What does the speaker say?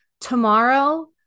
tomorrow